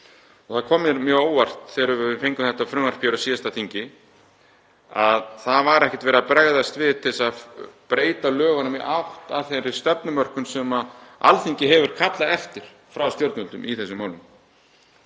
Það kom mér mjög á óvart þegar við fengum þetta frumvarp á síðasta þingi að það var ekkert verið að bregðast við og breyta lögunum í átt að þeirri stefnumörkun sem Alþingi hefur kallað eftir frá stjórnvöldum í þessum málum.